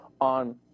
on